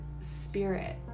spirit